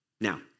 Now